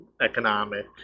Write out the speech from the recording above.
economic